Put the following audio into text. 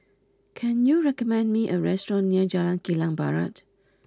can you recommend me a restaurant near Jalan Kilang Barat